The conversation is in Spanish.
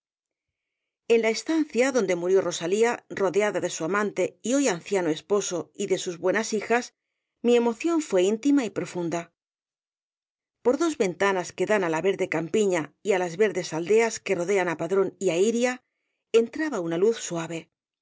en la estancia donde murió rosalía rodeada de su amante y hoy anciano esposo y de sus buenas hijas mi emoción fué íntima y profunda por dos v e n t a nas que dan á la verde campiña y á las verdes aldeas que arrodean á padrón y á iría entraba una luz suave